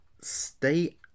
stay